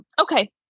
Okay